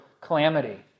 calamity